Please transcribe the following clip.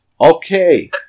Okay